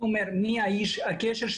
תגיד לי עם מי אפשר להיות בקשר,